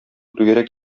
түгәрәк